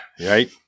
Right